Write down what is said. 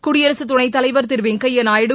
குடியரசுதுணைத்தலைவர் Thiru Venkaiah Naidu